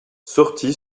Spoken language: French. sorti